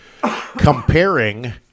comparing